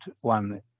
one